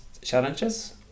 challenges